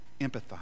empathize